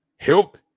Help